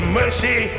mercy